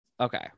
Okay